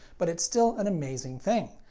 but it's still an amazing thing.